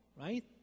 right